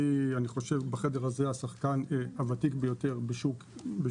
אני חושב שבחדר הזה אני השחקן הוותיק ביותר בשוק